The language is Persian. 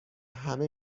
همه